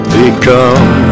become